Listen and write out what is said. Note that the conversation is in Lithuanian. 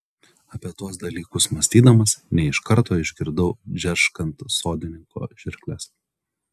apie tuos dalykus mąstydamas ne iš karto išgirdau džerškant sodininko žirkles